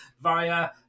via